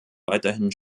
weiterhin